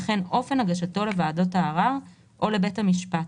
וכן אופן הגשתו לוועדת הערר או לבית המשפט,